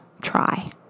try